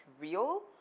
real